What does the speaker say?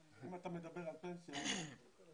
אם אתה מדבר על פנסיה --- בסדר,